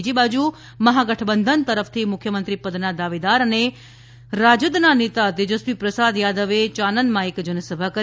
બીજી બાજુ મહાગઠબંધન તરફથી મુખ્યમંત્રી પદના દાવેદાર અને રાજદના નેતા તેજસ્વી પ્રસાદ યાદવે યાનનમાં એક જનસભા કરી